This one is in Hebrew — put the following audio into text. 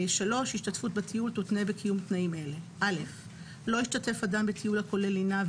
השתתפות בטיול תותנה בקיום תנאים אלה: לא ישתתף אדם בטיול הכולל לינה,